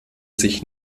sich